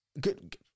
Good